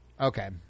Okay